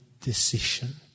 decision